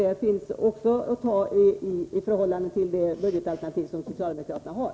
Där finns alltså pengar att ta i förhållande till det budgetalternativ som socialdemokraterna har.